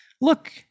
look